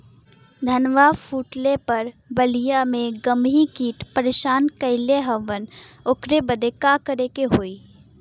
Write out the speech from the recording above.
धनवा फूटले पर बलिया में गान्ही कीट परेशान कइले हवन ओकरे बदे का करे होई?